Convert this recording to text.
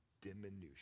Diminution